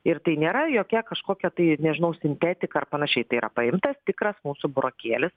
ir tai nėra jokia kažkokia tai nežinau sintetika ar panašiai tai yra paimtas tikras mūsų burokėlis